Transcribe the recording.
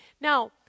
Now